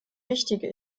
wichtige